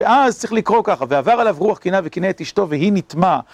ואז, צריך לקרוא ככה, ועבר עליו רוח קנאה וקנא את אשתו, והיא נטמאה.